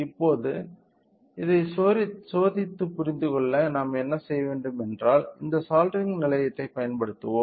இப்போது இதைச் சோதித்துப் புரிந்துகொள்ள நாம் என்ன செய்கிறோம் என்றால் இந்த சாலிடரிங் நிலையத்தைப் பயன்படுத்துகிறோம்